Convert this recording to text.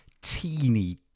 teeny